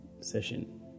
session